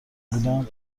بودم